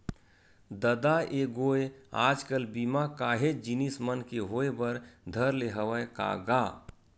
ददा ऐ गोय आज कल बीमा काहेच जिनिस मन के होय बर धर ले हवय का गा?